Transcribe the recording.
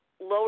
Lower